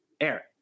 Eric